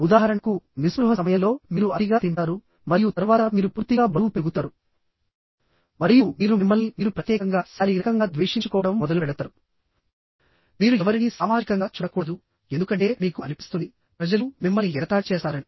ఉదాహరణకు నిస్పృహ సమయంలో మీరు అతిగా తింటారు మరియు తర్వాత మీరు పూర్తిగా బరువు పెరుగుతారు మరియు మీరు మిమ్మల్ని మీరు ప్రత్యేకంగా శారీరకంగా ద్వేషించుకోవడం మొదలుపెడతారు మీరు ఎవరినీ సామాజికంగా చూడకూడదు ఎందుకంటే మీకు అనిపిస్తుంది ప్రజలు మిమ్మల్ని ఎగతాళి చేస్తారని